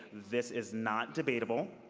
this is not debatable.